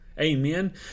amen